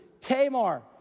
Tamar